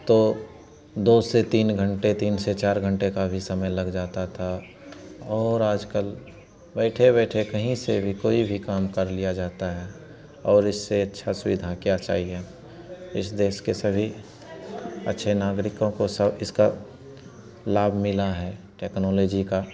तो दो से तीन घंटे तीन से चार घंटे का भी समय लग जाता था और आज कल बैठे बैठे कहीं से भी कोई भी काम कर लिया जाता है और इससे अच्छी सुविधा क्या चाहिए इस देश के सभी अच्छे नागरिकों को इसका लाभ मिला है टेक्नोलोजी का